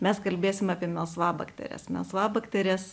mes kalbėsim apie melsvabakteres melsvabakterės